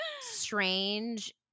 strange